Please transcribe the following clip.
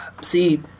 See